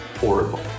horrible